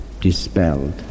dispelled